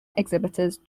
exhibitors